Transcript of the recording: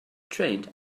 trained